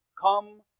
come